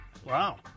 Wow